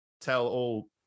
tell-all